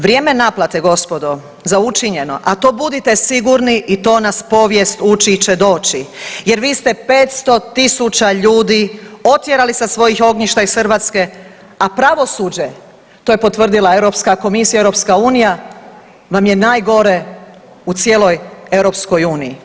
Vrijeme naplate gospodo za učinjeno, a to budite sigurni i to nas povijest uči će doći jer vi ste 500.000 ljudi otjerali sa svojih ognjišta iz Hrvatske, a pravosuđe, to je potvrdila Europska komisija i EU vam je najgore u cijeloj EU.